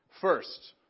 First